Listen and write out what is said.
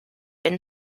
been